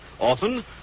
Often